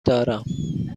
دارم